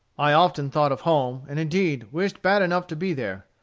i often thought of home, and, indeed, wished bad enough to be there.